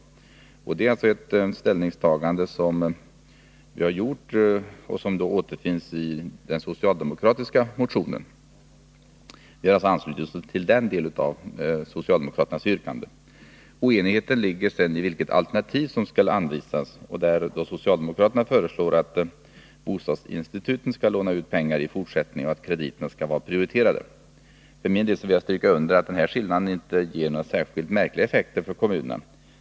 Utskottet har alltså gjort detta ställningstagande, och vi har därmed anslutit oss till ett yrkande i den socialdemokratiska motionen. Oenigheten gäller vilket alternativ som skall antas. Socialdemokraterna föreslår att bostadsinstituten i fortsättningen skall låna ut pengar och att krediterna skall vara prioriterade. För min del vill jag stryka under att den 113 här skillnaden inte ger några särskilt märkliga effekter för kommunerna.